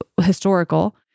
historical